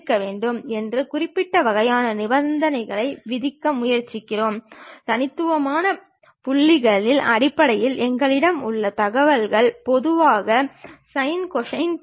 செங்குத்து அல்லது கிடைமட்ட தளத்திலிருந்து ஒருவேளை கிடைமட்ட தளத்திற்கு இணையாக உள்ள தளத்தை 90 டிகிரி கீழ் நோக்கிய திசையில் சுற்றுவதாக எடுத்துக் கொள்க